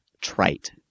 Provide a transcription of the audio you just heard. trite